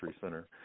Center